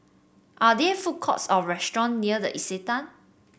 are there food courts or restaurant near the Istana